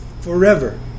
forever